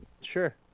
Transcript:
Sure